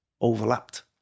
overlapped